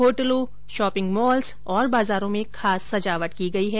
होटलों shopping malls और बाजारों में खास सजावट की गई है